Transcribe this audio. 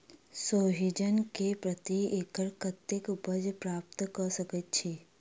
सोहिजन केँ प्रति एकड़ कतेक उपज प्राप्त कऽ सकै छी?